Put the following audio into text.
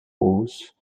house